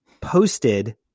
posted